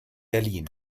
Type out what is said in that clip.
berlin